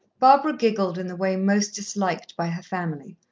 barbara giggled in the way most disliked by her family,